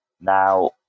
Now